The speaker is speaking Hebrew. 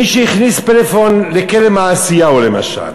מישהו הכניס פלאפון לכלא "מעשיהו" למשל